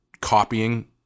copying